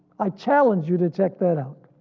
i challenge you to check that out.